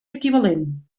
equivalent